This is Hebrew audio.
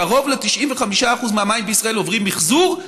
קרוב ל-95% מהמים בישראל עוברים מחזור,